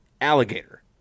alligator